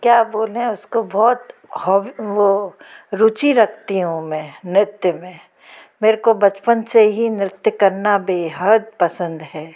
क्या बोलें उसको बहुत हाॅबी वो रुचि रखती हूँ मैं नृत्य में मेरे को बचपन से ही नृत्य करना बेहद पसंद है